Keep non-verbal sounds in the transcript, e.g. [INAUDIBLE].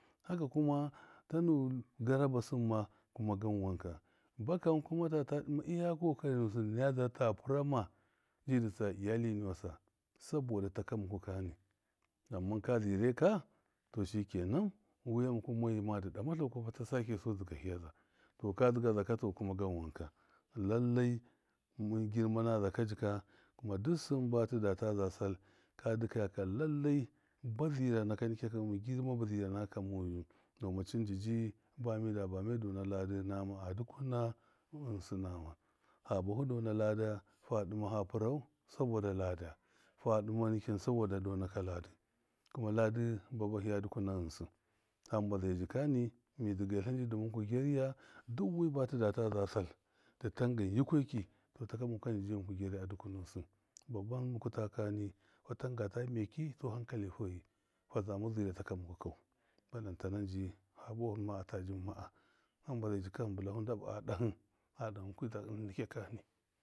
Haka kuma tanu garaba sɨmma kuma gan wanka bakani kuma ta ta dɨma lya kokari nusɨ dɨ naya dza ta pira ma ji dɨtsa lyali mwasa saboda taka muku kani amma ka zɨraɨ ka to shikenan, wiya mirku mɔyu madɨ ɗɨmatlau ko ta sakesu dzɨga hiyaza to ka dɨga zaka tɔ kuma gan wanka lallai mɨn girma naza kajɨ kai kuma lallai duk sɨm ba tidada za sal ka dikaya lallai ba zira naka nɨkya kya hidima ba zira naka moyu, dɔmacɨn njɨjɨ ba mida bamida bame dɔna lada nama a dukuna ghinsɨ nama ha ba fu dɔna la da fa ɗɨma fa pɨrau saboda lada fa dɨma nikin sabɔda dɔnaka lada kuma ba bahiya dukuna ghɨnsɨ hamba zai jikani mi dzɨgalla nji dɨ muku gyarya duwi batidata za sal tɨtangan yukoki tɔ taka muku ka njɨjɨ gyarya duku nusɨ babban muku ta kakani fatanga ta meki hankali fɔyi fa zama zira taka muku kau balan tana ji fa buwafu ata juma. a hamba zai jika mɨn bɨlafu ndabɨ a ɗahɨ a dama. [UNINTELLIGIBLE]